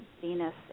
Venus